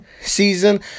season